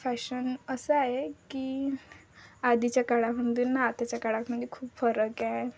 fashion असं आहे की आधीच्या काळामध्ये ना आताच्या काळात म्हणजे खूप फरक आहे